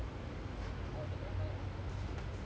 oh that time kaaya haber was still in leverkusen